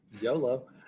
YOLO